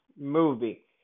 movie